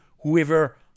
whoever